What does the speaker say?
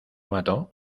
mató